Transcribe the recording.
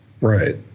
Right